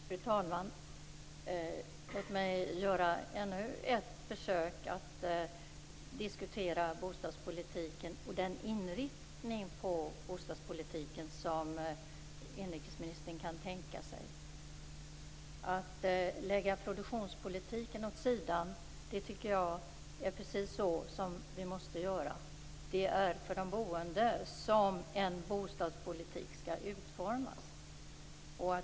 Fru talman! Låt mig göra ännu ett försök att diskutera bostadspolitiken och den inriktning på bostadspolitiken som inrikesministern kan tänka sig. Att lägga produktionspolitiken åt sidan är precis så som vi måste göra. Det är för de boende som en bostadspolitik skall utformas.